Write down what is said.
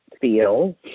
feel